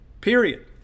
period